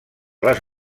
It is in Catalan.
les